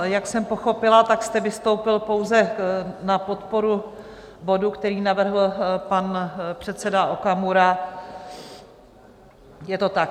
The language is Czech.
Jak jsem pochopila, tak jste vystoupil pouze na podporu bodu, který navrhl pan předseda Okamura, je to tak?